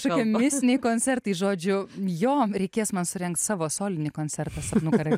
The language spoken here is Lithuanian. kažkokie mistiniai koncertai žodžiu jo reikės man surengt savo solinį koncertą sapnų karaly